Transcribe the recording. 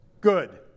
good